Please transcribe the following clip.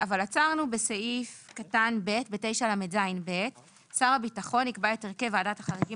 עצרנו בסעיף קטן (ב) בסעיף 9לז: "שר הביטחון יקבע את הרכב ועדת החריגים